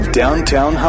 downtown